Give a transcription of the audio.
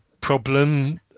problem